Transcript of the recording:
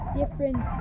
different